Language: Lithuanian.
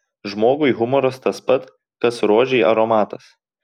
žmogui humoras tas pat kas rožei aromatas